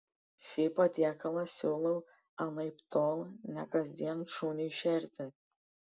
šį patiekalą siūlau anaiptol ne kasdien šuniui šerti